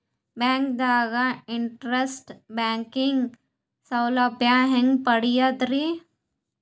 ಬ್ಯಾಂಕ್ದಾಗ internet banking ಸೌಲಭ್ಯ ಹೆಂಗ್ ಪಡಿಯದ್ರಿ?